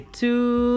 two